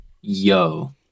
yo